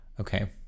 Okay